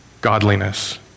godliness